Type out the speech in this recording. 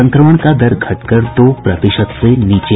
संक्रमण का दर घट कर दो प्रतिशत से नीचे